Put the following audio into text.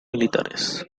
militares